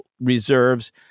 reserves